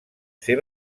ser